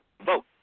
vote